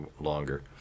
longer